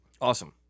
Awesome